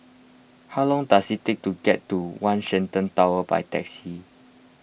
how long does it take to get to one Shenton Tower by taxi